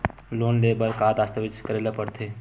Loan ले बर का का दस्तावेज करेला पड़थे?